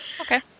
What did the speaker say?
Okay